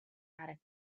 attic